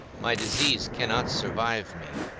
my disease cannot survive me,